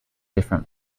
different